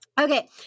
Okay